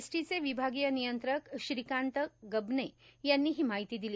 एसटीचे विभागीय नियंत्रक श्रीकांत गबने यांनी ही माहिती दिली